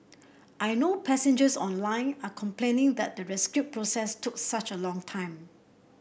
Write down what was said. I know passengers online are complaining that the rescue process took such a long time